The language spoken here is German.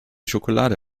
schokolade